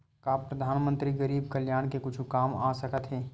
का परधानमंतरी गरीब कल्याण के कुछु काम आ सकत हे